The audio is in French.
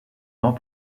temps